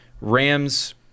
Rams